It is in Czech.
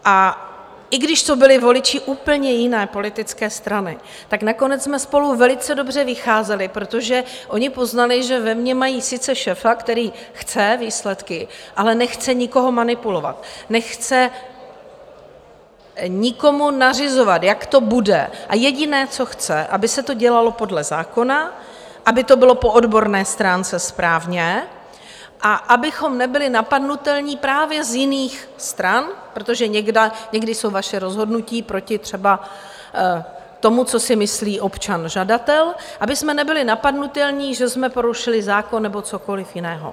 A i když to byli voliči úplně jiné politické strany, nakonec jsme spolu velice dobře vycházeli, protože oni poznali, že ve mně mají sice šéfa, který chce výsledky, ale nechce nikoho manipulovat, nechce nikomu nařizovat, jak to bude, a jediné, co chce, aby se to dělalo podle zákona, aby to bylo po odborné stránce správně a abychom nebyli napadnutelní právě z jiných stran protože někdy jsou vaše rozhodnutí třeba proti tomu, co si myslí občan žadatel abychom nebyli napadnutelní, že jsme porušili zákon nebo cokoli jiného.